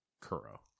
Kuro